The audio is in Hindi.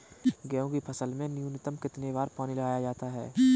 गेहूँ की फसल में न्यूनतम कितने बार पानी लगाया जाता है?